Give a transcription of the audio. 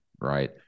right